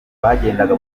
bagendaga